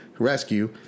rescue